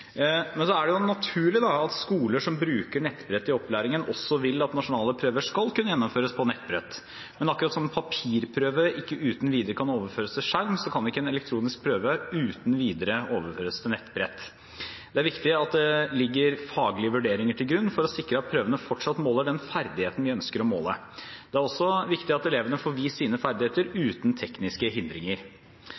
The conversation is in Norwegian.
Det er naturlig at skoler som bruker nettbrett i opplæringen, også vil at nasjonale prøver skal kunne gjennomføres på nettbrett, men akkurat som en papirprøve ikke uten videre kan overføres til skjerm, kan ikke en elektronisk prøve uten videre overføres til nettbrett. Det er viktig at det ligger faglige vurderinger til grunn for å sikre at prøvene fortsatt måler den ferdigheten vi ønsker å måle. Det er også viktig at elevene får vist sine ferdigheter uten tekniske hindringer.